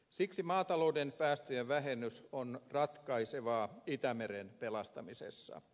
siksi maatalouden päästöjen vähennys on ratkaisevaa itämeren pelastamisessa